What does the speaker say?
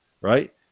right